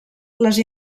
les